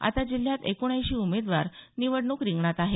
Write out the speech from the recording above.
आता जिल्ह्यात एकोणएंशी उमेदवार निवडणूक रिंगणात आहेत